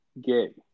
gay